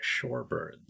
Shorebirds